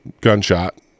gunshot